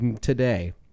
today